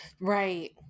Right